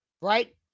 Right